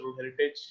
heritage